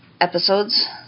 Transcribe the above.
episodes